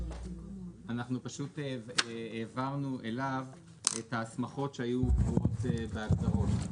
אנחנו פשוט העברנו אליו את ההסמכות שהיו קבועות בהגדרות.